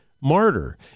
martyr